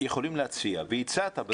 יכולים להציע ואכן הצעת.